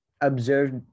observed